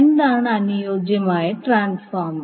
എന്താണ് അനുയോജ്യമായ ട്രാൻസ്ഫോർമർ